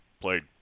played